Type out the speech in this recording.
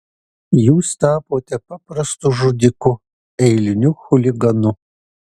jūs tapote paprastu žudiku eiliniu chuliganu